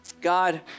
God